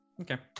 Okay